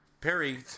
Perry